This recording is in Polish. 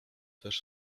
też